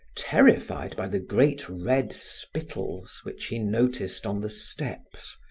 terrified by the great red spittles which he noticed on the steps,